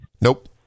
Nope